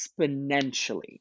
exponentially